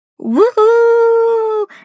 Woohoo